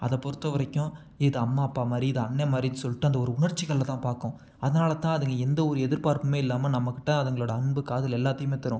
அதை பொறுத்த வரைக்கும் இது அம்மா அப்பா மாதிரி இது அண்ணன் மாதிரி சொல்லிட்டு அந்த ஒரு உணர்ச்சிகளில் தான் பார்க்கும் அதனால் தான் அதுங்க எந்த ஒரு எதிர்பார்ப்புமே இல்லாமல் நம்ம கிட்ட அதுங்களோடய அன்பு காதல் எல்லாத்தையுமே தரும்